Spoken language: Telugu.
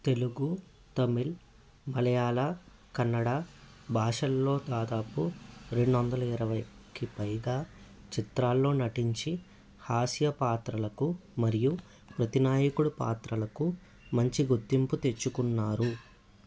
తెలుగు తమిళ మలయాళం కన్నడ భాషల్లో దాదాపు రెండు వందల ఇరవైకి పైగా చిత్రాల్లో నటించి హాస్య పాత్రలకు మరియు ప్రతినాయకుడు పాత్రలకు మంచి గుర్తింపు తెచ్చుకున్నారు